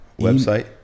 Website